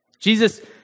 Jesus